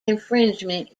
infringement